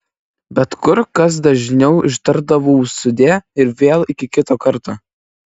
bet kur kas dažniau ištardavau sudie ir vėl iki kito karto